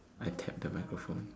I tapped the microphone